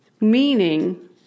meaning